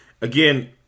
Again